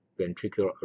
ventricular